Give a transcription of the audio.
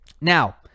Now